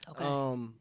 Okay